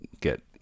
get